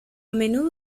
menudo